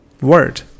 word